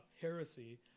heresy